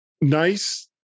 nice